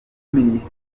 minisiteri